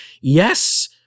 yes